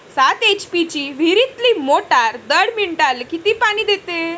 सात एच.पी ची विहिरीतली मोटार दर मिनटाले किती पानी देते?